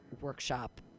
workshop